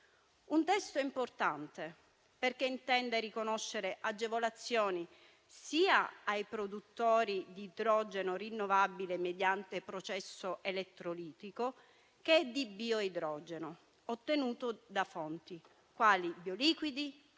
Un testo importante, perché intende riconoscere agevolazioni sia ai produttori di idrogeno rinnovabile mediante processo elettrolitico, che di bioidrogeno, ottenuto da fonti quali bioliquidi,